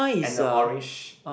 and a orange